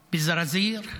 בזרזיר,